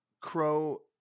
Crow